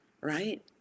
Right